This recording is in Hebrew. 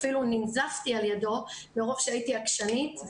שאפילו ננזפתי על ידו מרוב שהייתי עקשנית,